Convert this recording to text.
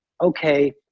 okay